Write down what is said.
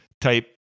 type